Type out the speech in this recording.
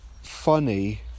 funny